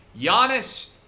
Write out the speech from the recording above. Giannis